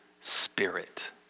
spirit